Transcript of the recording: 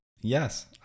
Yes